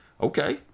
okay